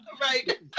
Right